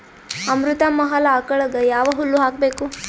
ಅಮೃತ ಮಹಲ್ ಆಕಳಗ ಯಾವ ಹುಲ್ಲು ಹಾಕಬೇಕು?